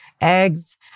eggs